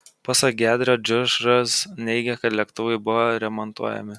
pasak gedrio džiužas neigė kad lėktuvai buvo remontuojami